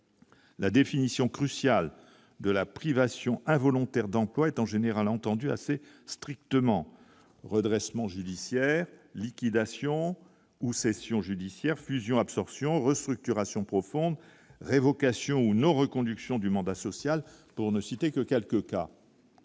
La définition crucial de la privation involontaire d'emploi est en général entendu assez strictement redressement judiciaire, liquidation ou cession judiciaire fusion-absorption Restructuration profonde révocation ou non-reconduction du mandat social pour ne citer que quelques cas.